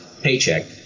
paycheck